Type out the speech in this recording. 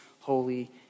holy